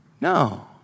No